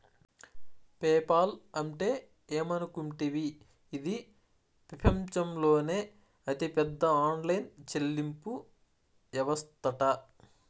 PayPal అంటే ఏమనుకుంటివి, ఇది పెపంచంలోనే అతిపెద్ద ఆన్లైన్ చెల్లింపు యవస్తట